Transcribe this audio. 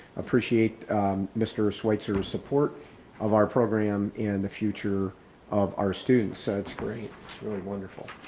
appreciate mr. schweitzer support of our program and the future of our students. so it's great it's really wonderful.